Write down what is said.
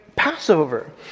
Passover